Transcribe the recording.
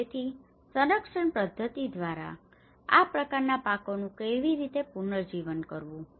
તેથી તેથી સંરક્ષણ પદ્ધતિઓ દ્વારા આ પ્રકારના પાકોનું કેવી રીતે પુનર્જીવન થયું છે